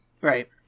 Right